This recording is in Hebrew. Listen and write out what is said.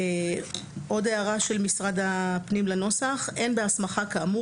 עוד הערה של משרד הפנים לנוסח: אין בהסמכה כאמור